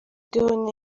umuyobozi